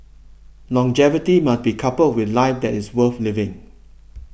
longevity must be coupled with a life that is worth living